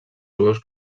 jueus